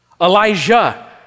Elijah